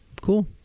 Cool